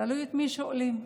תלוי את מי שואלים.